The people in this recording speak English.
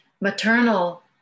maternal